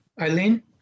Eileen